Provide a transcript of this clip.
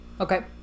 Okay